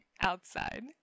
outside